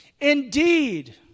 Indeed